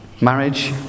Marriage